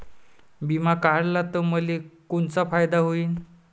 बिमा काढला त मले कोनचा फायदा होईन?